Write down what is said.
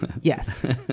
Yes